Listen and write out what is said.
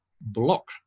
block